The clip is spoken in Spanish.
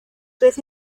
tres